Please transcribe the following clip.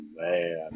man